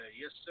Yes